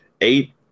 Eight